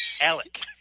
alec